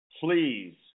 please